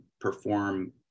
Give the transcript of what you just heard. perform